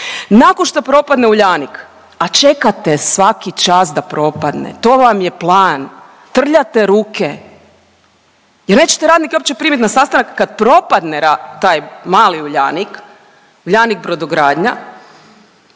Nakon što propadne Uljanik, a čekate svaki čas da propadne, to vam je plan, trljate ruke i nećete radnike uopće primit na sastanak kad propadne taj mali Uljanik, Uljanik brodogradnja